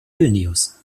vilnius